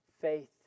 Faith